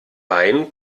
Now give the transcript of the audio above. bein